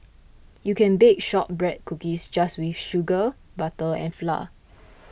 you can bake Shortbread Cookies just with sugar butter and flour